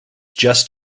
just